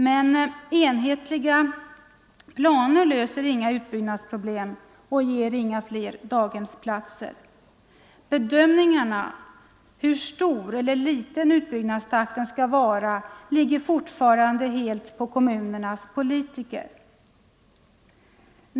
Men enhetliga planer löser inga utbyggnadsproblem och ger inga fler daghemsplatser. Bedömningarna av hur hög eller låg utbyggnadstakten skall vara ligger fortfarande helt på kommunernas politiker.